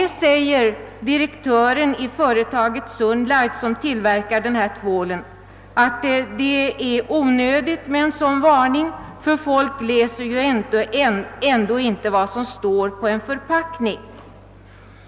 Härom säger direktören i företaget Sunlight, som tillverkar denna tvål, att det är onödigt med en sådan varning, eftersom folk ändå inte läser vad som står på en förpackning.